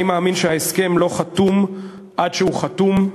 אני מאמין שההסכם לא חתום עד שהוא חתום.